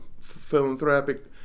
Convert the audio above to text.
philanthropic